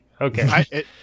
okay